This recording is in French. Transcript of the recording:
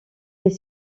est